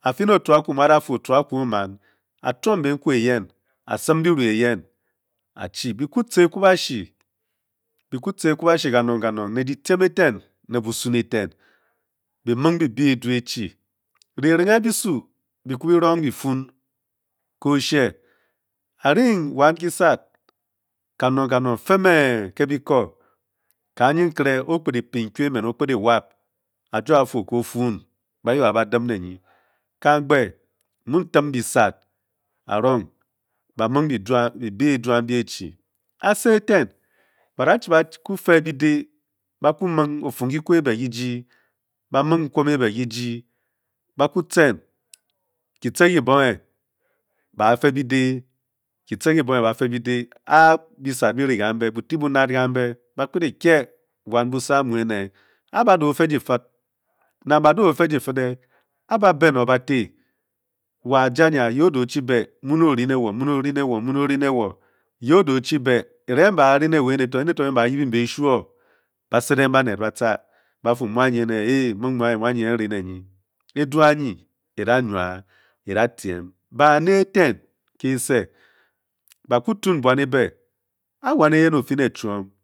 A-fi ne orugaku mu a-da fu otugaku o-maa, a-tun benkua eyen a-sem biru eyen, a-chi. Bi kie tce ekwabashi, bi ku tce ekwabashi kanong kanong, ne dyitiem e-teng. ne busun e-tce, de kyirinshe bisu bi ku bi roung kifun ke oshe a-rirgh wan kisad kanong kanong fee mee ke bike. ka-nyi nkere o-kpad de pay nkui e-men o-kped de wap, a-jo a-fu o-kwu fuun, ba yip a ba dim ne nyi. Kamgbe mu them bisad a-roung ba muog bibeh edu a-am bi tce. Ase e-ten ba datce baku fe bide baku muong o-fergiku e-be ki ji, ba muong nkwom e-be ki ji, baku tcen ki tce kibonghe ba fe bidee, a-bisad bi re kambe buteh ba nad kambe ba kped e-kye wan buse a-mu ene, a-ba doh fe dyifed, nang ba doh fe dyifede a-ba ben o ba tye wo a-ja nya, ye o doh chi bah, muon o-ri ne wo, muon o-rine wo muon o-rine wo, Ye o doh chi bak. erenghe mmbe bá ri ne wo ene to ke mmbe bá yibingh beshuo ba sadenghe baned batca ba fu mu anyin ene a-muong mu anyin, mu anyin ne ri ne nyi. Edu anyin e-da nuah eda tiem, baneten kese baku tun buan e-be, e-wan eyen ofii choum.